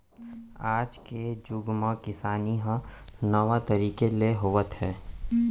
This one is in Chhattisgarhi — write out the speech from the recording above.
आज के जुग म किसानी ह नावा तरीका ले होवत हे